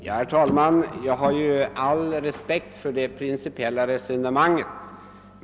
Herr talman! Jag har all respekt för det principiella resonemanget.